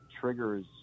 triggers